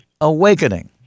awakening